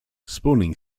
spawning